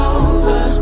over